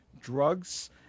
drugs